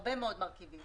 בהרבה מאוד מרכיבים.